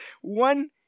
one